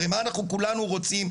הרי מה אנחנו כולנו רוצים?